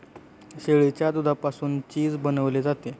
शेळीच्या दुधापासून चीज बनवले जाते